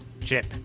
Chip